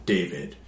David